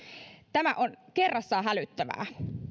tämä on kerrassaan hälyttävää